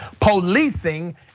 Policing